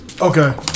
Okay